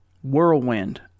whirlwind